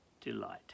delight